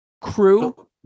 crew